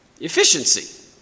efficiency